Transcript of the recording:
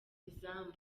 izamu